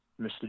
Mr